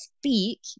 speak